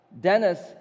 Dennis